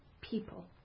people